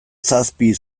zazpi